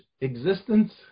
existence